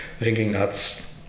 Ringelnatz